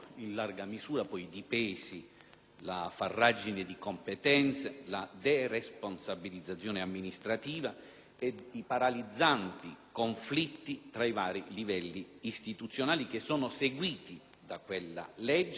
la farragine di competenze, la deresponsabilizzazione amministrativa ed i paralizzanti conflitti tra i vari livelli istituzionali che sono seguiti da quella legge e che il Paese ha pagato